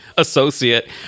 associate